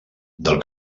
del